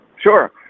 sure